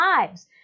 lives